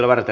asia